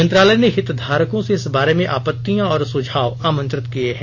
मंत्रालय ने हित धारकों से इस बारे में आपत्तियां और सुझाव आमंत्रित किए हैं